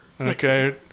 okay